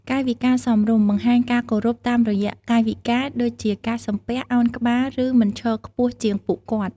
កាយវិការសមរម្យ បង្ហាញការគោរពតាមរយៈកាយវិការ ដូចជាការសំពះ ឱនក្បាល ឬមិនឈរខ្ពស់ជាងពួកគាត់។